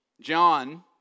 John